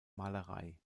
malerei